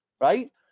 right